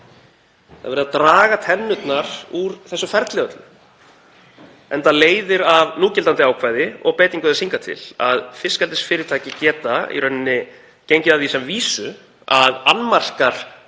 Það er verið að draga tennurnar úr þessu ferli öllu enda leiðir af núgildandi ákvæði og beitingu þess hingað til að fiskeldisfyrirtæki geta í rauninni gengið að því sem vísu að annmarkar